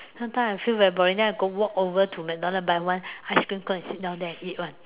sometimes I feel very boring then I go walk over to McDonald buy one ice cream cone and sit down there and eat [one]